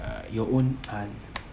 uh your own kind